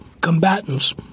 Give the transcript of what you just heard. combatants